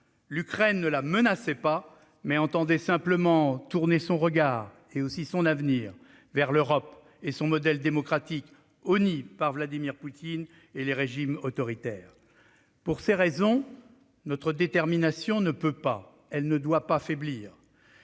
L'Ukraine ne la menaçait pas, mais entendait simplement tourner son regard et aussi son avenir vers l'Europe et son modèle démocratique, honni par Vladimir Poutine et les régimes autoritaires. Pour ces raisons, notre détermination ne peut pas et ne doit pas faiblir,